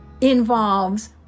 involves